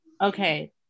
okay